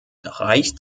reicht